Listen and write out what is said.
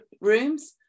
rooms